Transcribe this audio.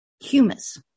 Humus